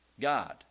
God